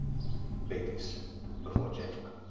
ladies before gentlemen.